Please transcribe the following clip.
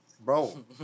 bro